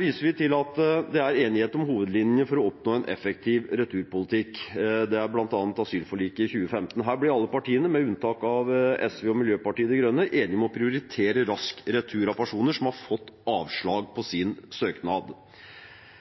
viser vi til at det er enighet om hovedlinjene for å oppnå en effektiv returpolitikk. Det gjelder bl.a. asylforliket i 2015. Her ble alle partiene, med unntak av SV og Miljøpartiet De Grønne, enige om å prioritere rask retur av personer som har fått avslag på sin søknad.